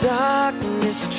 darkness